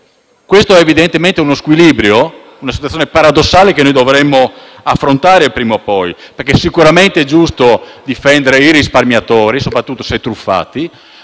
Questo è evidentemente uno squilibrio e una situazione paradossale che dovremo affrontare prima o poi, perché sicuramente è giusto difendere i risparmiatori, soprattutto se truffati,